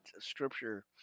scripture